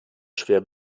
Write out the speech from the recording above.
schwer